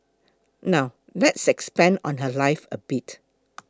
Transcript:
now let's expand on her life a bit